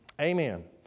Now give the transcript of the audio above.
Amen